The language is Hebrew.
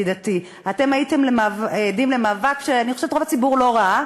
הייתם עדים למאבק שאני חושבת שרוב הציבור לא ראה,